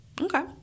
Okay